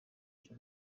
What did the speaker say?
cyo